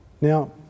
Now